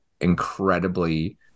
incredibly